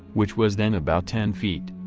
which was then about ten feet.